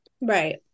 Right